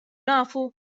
nafu